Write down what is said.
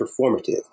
performative